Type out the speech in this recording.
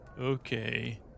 okay